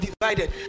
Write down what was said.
divided